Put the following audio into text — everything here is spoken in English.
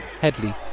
Headley